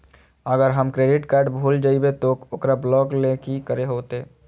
अगर हमर credit card भूल जइबे तो ओकरा ब्लॉक लें कि करे होते?